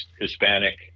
Hispanic